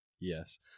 Yes